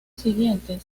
siguiente